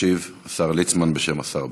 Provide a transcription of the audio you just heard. ישיב השר ליצמן בשם השר בנט.